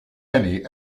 any